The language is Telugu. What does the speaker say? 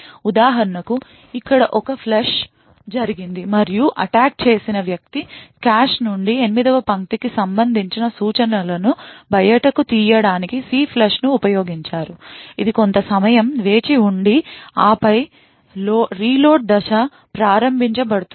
ఉదాహరణకు ఇక్కడ ఒక ఫ్లష్ జరిగింది మరియు అటాక్ చేసిన వ్యక్తి కాష్ నుండి 8 వ పంక్తికి సంబంధించిన సూచనలను బయటకు తీయడానికి CLFLUSH ను ఉపయోగించారు ఇది కొంత సమయం వేచి ఉండి ఆపై రీలోడ్ దశ ప్రారంభించబడుతుంది